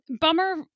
bummer